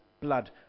blood